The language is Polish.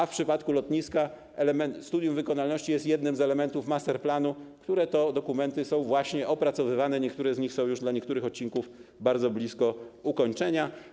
W przypadku lotniska studium wykonalności jest jednym z elementów masterplanu, a te dokumenty są właśnie opracowywane, niektóre z nich są już w odniesieniu do niektórych odcinków bardzo blisko ukończenia.